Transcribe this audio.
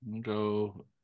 Go